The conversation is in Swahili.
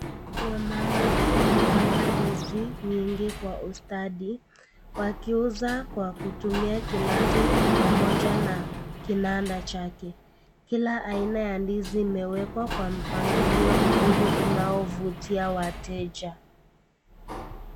Wamama wamepanga ndizi nyingi kwa ustadi. Wakiuza kwa kutumia kilato pamoja na kinanda chake. Kila aina ya ndizi imewekwa kwa mpangilio mzuri unaovutia wateja,